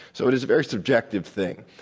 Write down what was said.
so, it's a very subjective thing.